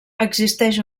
existeix